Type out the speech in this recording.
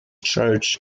church